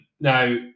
now